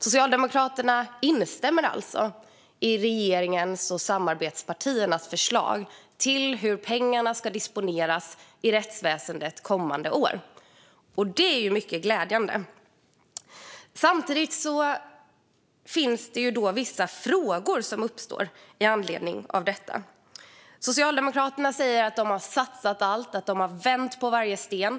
Socialdemokraterna instämmer alltså i regeringens och samarbetspartiernas förslag gällande hur pengarna till rättsväsendet ska disponeras kommande år. Det är ju mycket glädjande, men samtidigt uppstår vissa frågor med anledning av detta. Socialdemokraterna säger att de har satsat allt och vänt på varje sten.